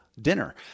dinner